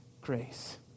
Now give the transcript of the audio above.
grace